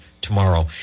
tomorrow